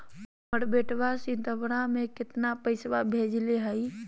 हमर बेटवा सितंबरा में कितना पैसवा भेजले हई?